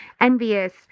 envious